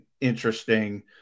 interesting